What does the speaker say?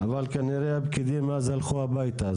אבל כנראה אז הפקידים הלכו הביתה,